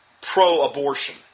pro-abortion